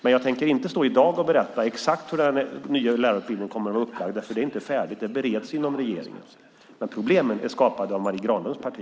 Men jag tänker inte i dag berätta exakt hur den nya lärarutbildningen kommer att vara upplagd, för det är inte färdigt. Det bereds inom regeringen. Men problemen är skapade av Marie Granlunds parti.